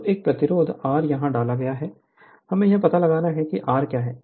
तो एक प्रतिरोध आर यहां डाला गया था हमें यह पता लगाना होगा कि R क्या है